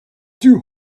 two